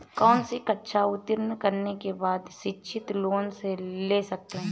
कौनसी कक्षा उत्तीर्ण करने के बाद शिक्षित लोंन ले सकता हूं?